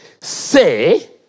say